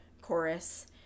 chorus